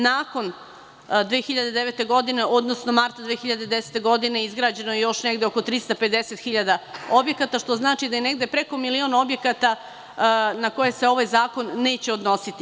Nakon 2009. godine, odnosno marta 2010. godine izgrađeno je oko 350.000 objekata, što znači da je negde preko milion objekata na koje se ovaj zakon neće odnositi.